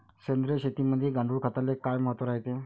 सेंद्रिय शेतीमंदी गांडूळखताले काय महत्त्व रायते?